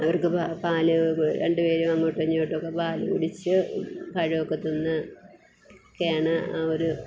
അവർക്കുള്ള പാല് രണ്ടു പേരും അങ്ങോട്ടും ഇങ്ങോട്ടൊക്കെ പാല് കുടിച്ച് പഴമൊക്കെ തിന്നൊക്കെയാണ് ആ ഒരു